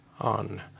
on